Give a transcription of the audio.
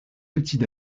petits